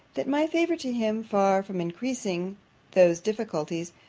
that my favour to him, far from increasing those difficulties,